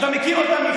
אתה מכיר אותם,